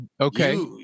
Okay